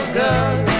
good